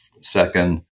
second